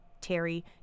Terry